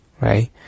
right